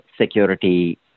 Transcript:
security